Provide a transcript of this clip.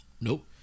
Nope